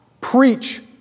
preach